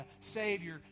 Savior